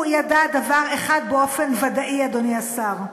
הוא ידע דבר אחד באופן ודאי, אדוני השר: